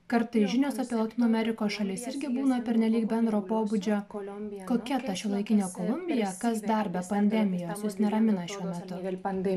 kartais žinios apie lotynų amerikos šalis irgi būna pernelyg bendro pobūdžio kokia ta šiuolaikinė kolumbija kas dar be pandemijos jus neramina šiuo metu